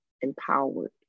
empowered